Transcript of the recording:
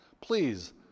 please